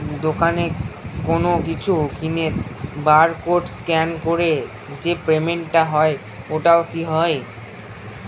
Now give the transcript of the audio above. দোকানে কোনো কিছু কিনে বার কোড স্ক্যান করে যে পেমেন্ট টা হয় ওইটাও কি হয়?